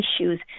issues